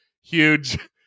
huge